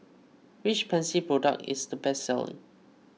which Pansy product is the best selling